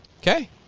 Okay